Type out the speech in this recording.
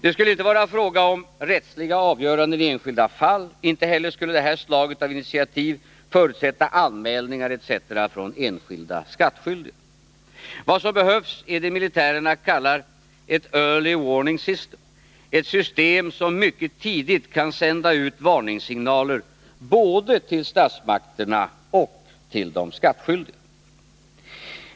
Det skulle inte vara fråga om rättsliga avgöranden i enskilda fall. Inte Nr 61 heller skulle det här slaget av initiativ förutsätta anmälningar etc. från enskilda skattskyldiga. Vad som behövs är det militärerna kallar ett ”early warning system”, ett system som mycket tidigt kan sända ut varningssignaler både till statsmakterna och till de skattskyldiga.